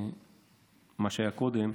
לגבי מה שהיה קודם.